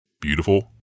beautiful